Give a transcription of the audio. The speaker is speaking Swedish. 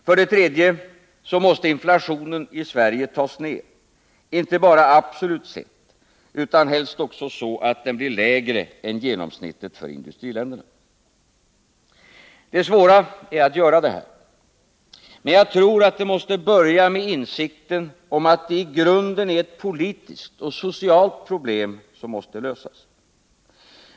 För det tredje måste inflationen i Sverige tas ner, inte bara absolut sett, utan helst också så att den blir lägre än genomsnittet för industriländerna. Det svåra är att göra det. Men jag tror att det måste börja med insikten om att det i grunden är ett politiskt och socialt problem som måste lösas.